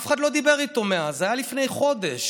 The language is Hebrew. אף אחד לא דיבר איתו מאז, זה היה לפני חודש.